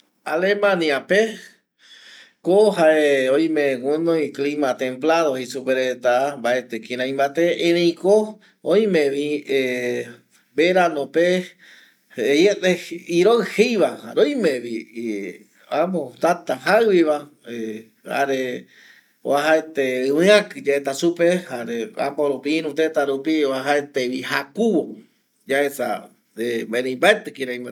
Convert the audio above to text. Alemania peko jae oime guɨnoi clima templado jei superetava mbatɨ kirai mbate ereiko oimevi veranope jeiete iroɨ jeivavi jare oimevi täta jaɨviva jare oajaete ɨvɨaki yaeta supe jare äpo ïru tëta rupi oajaetevi jakuvo yaesa erei mbaetɨ kirai mbate